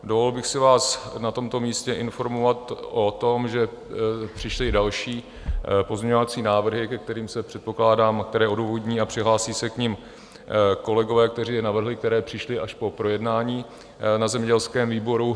Dovolil bych si vás na tomto místě informovat o tom, že přišly i další pozměňovací návrhy, předpokládám, které odůvodní a přihlásí se k nim kolegové, kteří je navrhli, které přišly až po projednání na zemědělském výboru.